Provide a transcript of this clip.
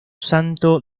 santo